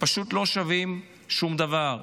פשוט לא שוות שום דבר.